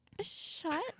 Shut